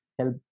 help